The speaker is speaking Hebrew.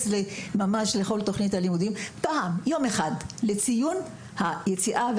לכל תכנית הלימודים לציון היציאה,